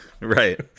Right